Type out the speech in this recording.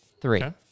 Three